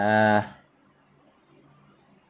uh